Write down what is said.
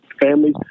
families